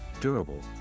durable